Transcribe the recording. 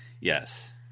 Yes